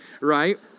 right